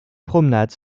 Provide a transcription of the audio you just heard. promenades